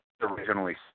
originally